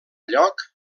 lloc